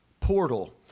portal